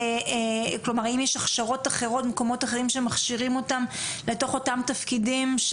האם יש הכשרות אחרות במקומות אחרים שמכשירים אותם לתוך אותם תפקידים,